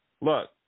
look